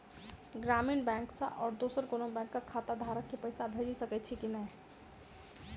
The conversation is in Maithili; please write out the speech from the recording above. ग्रामीण बैंक सँ आओर दोसर कोनो बैंकक खाताधारक केँ पैसा भेजि सकैत छी की नै?